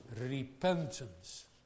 repentance